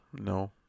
No